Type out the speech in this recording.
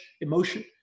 emotion